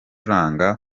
uganda